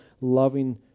loving